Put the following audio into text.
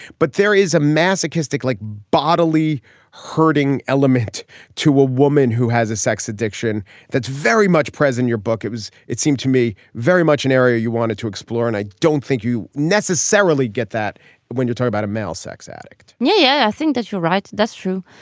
but there is a masochistic like bodily herding element to a woman who has a sex addiction that's very much present your book it was it seemed to me very much an area you wanted to explore and i don't think you necessarily get that when you talk about a male sex addict yeah i think that you're right. that's true.